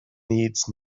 needs